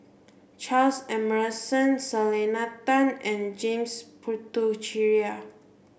Charles Emmerson Selena Tan and James Puthucheary